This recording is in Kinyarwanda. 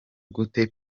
gute